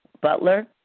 Butler